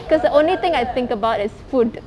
because the only thing I think about is food